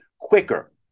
quicker